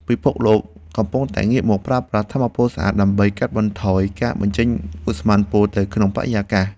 ពិភពលោកកំពុងតែងាកមកប្រើប្រាស់ថាមពលស្អាត ដើម្បីកាត់បន្ថយការបញ្ចេញឧស្ម័នពុលទៅក្នុងបរិយាកាស។